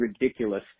ridiculous